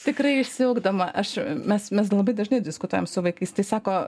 tikrai išsiugdoma aš mes mes labai dažnai diskutuojam su vaikais tai sako